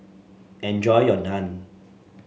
enjoy your Naan